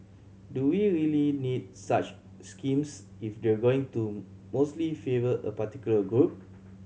do we really need such schemes if they're going to mostly favour a particular group